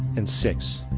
and six.